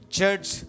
judge